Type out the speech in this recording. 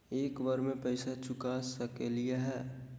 एक बार में पैसा चुका सकालिए है?